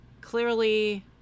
clearly